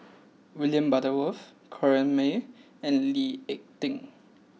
William Butterworth Corrinne May and Lee Ek Tieng